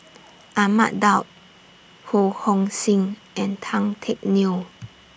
Ahmad Daud Ho Hong Sing and Tan Teck Neo